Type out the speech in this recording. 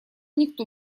никто